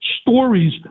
stories